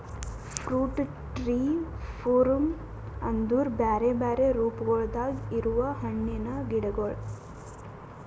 fruit tree form ಅಂದುರ್ ಬ್ಯಾರೆ ಬ್ಯಾರೆ ರೂಪಗೊಳ್ದಾಗ್ ಇರವು ಹಣ್ಣಿನ ಗಿಡಗೊಳ್